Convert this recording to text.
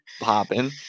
popping